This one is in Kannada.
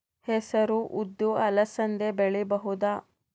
ಹೆಸರು ಉದ್ದು ಅಲಸಂದೆ ಬೆಳೆಯಬಹುದಾ?